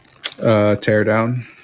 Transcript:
Teardown